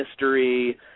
mystery